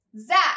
Zach